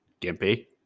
Gimpy